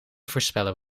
voorspellen